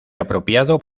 apropiado